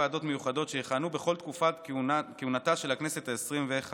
ועדות מיוחדות שיכהנו בכל תקופת כהונתה של הכנסת העשרים-וחמש.